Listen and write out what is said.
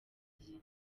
gihe